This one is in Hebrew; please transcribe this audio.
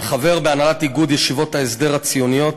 וחבר בהנהלת איגוד ישיבות ההסדר הציוניות,